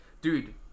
dude